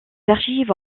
archives